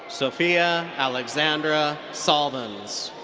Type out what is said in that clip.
sophia alexandra salvans.